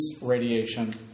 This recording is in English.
radiation